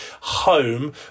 home